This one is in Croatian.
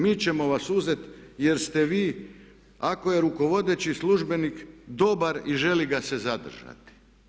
Mi ćemo vas uzet jer ste vi, ako je rukovodeći službenik dobar i želi ga se zadržati.